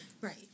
Right